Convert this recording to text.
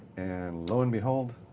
and lo and behold.